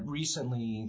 recently